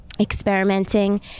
experimenting